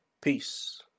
Peace